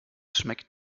schmeckt